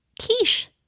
Quiche